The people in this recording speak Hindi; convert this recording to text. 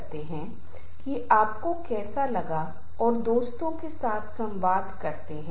इसलिए समूह के सदस्य एक दूसरे के बारे में जानते हैं और सामान्य लक्ष्य के बारे में संवाद करते हैं